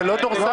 זו לא דורסנות?